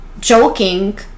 joking